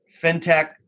FinTech